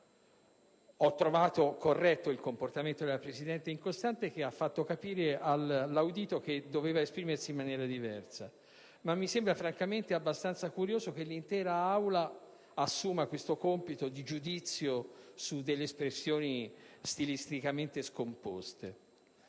Ho trovato corretto il comportamento della presidente Incostante, che ha fatto capire all'audito che doveva esprimersi in maniera diversa, ma mi sembra abbastanza curioso che l'intera Aula assuma un compito di giudizio su espressioni stilisticamente scomposte.